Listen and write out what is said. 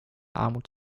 armut